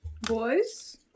Boys